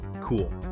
cool